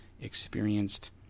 experienced